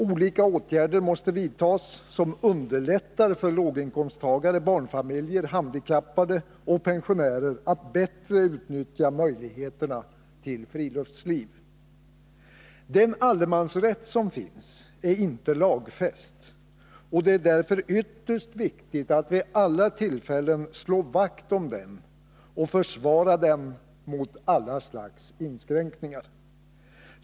Olika åtgärder måste vidtas som underlättar för låginkomsttagare, barnfamiljer, handikappade och pensionärer att bättre utnyttja möjligheterna till friluftsliv. Den allemansrätt som finns är inte lagfäst, och det är därför ytterst viktigt att vid alla tillfällen slå vakt om den och försvara den mot alla slags inskränkningar.